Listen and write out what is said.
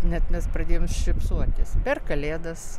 net mes pradėjom šypsotis per kalėdas